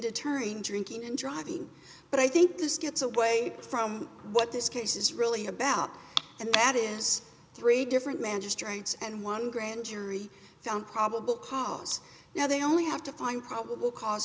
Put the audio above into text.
deterring drinking and driving but i think this gets away from what this case is really about and that is three different magistrates and one grand jury found probable cause now they only have to find probable cause